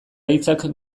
hitzak